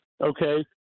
okay